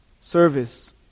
service